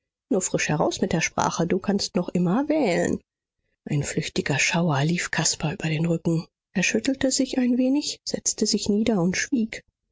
nur frisch heraus mit der sprache du kannst noch immer wählen ein flüchtiger schauer lief caspar über den rücken er schüttelte sich ein wenig setzte sich nieder und schwieg